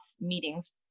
meetings